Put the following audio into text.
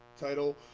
title